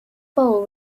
bowl